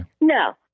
no